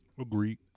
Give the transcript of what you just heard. Agreed